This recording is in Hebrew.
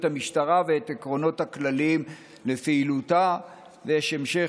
המשטרה ואת העקרונות הכלליים לפעילותה" יש המשך,